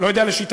לא יודע לשיטתך,